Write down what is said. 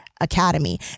Academy